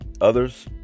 Others